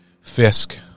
Fisk